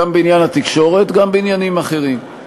גם בעניין התקשורת, גם בעניינים אחרים.